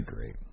Great